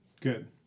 Good